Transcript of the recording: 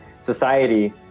society